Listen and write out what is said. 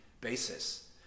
basis